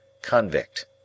convict